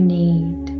need